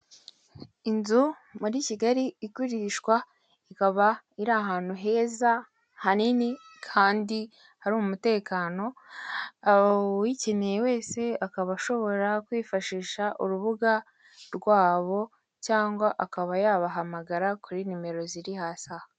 Inzu muri kigali igurishwa ikaba iri ahantu heza hanini kandi hari umutekano uyikeneye wese akaba ashobora kwifashisha urubuga rwabo cyangwa akaba yabahamagara kuri nimero ziri hasi aha.